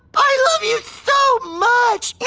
i love you so much! yeah